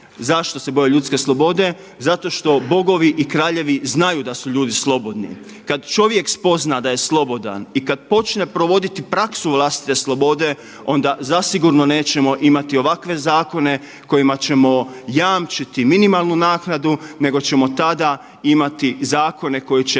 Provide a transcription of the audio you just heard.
Zašto se boje ljudske slobode? Zato što bogovi i kraljevi znaju da su ljudi slobodni. Kada čovjek spozna da je slobodan i kada počne provoditi praksu vlastite slobode onda zasigurno nećemo imati ovakve zakone kojima ćemo jamčiti minimalnu naknadu nego ćemo tada imati zakone koji će